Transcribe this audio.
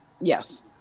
Yes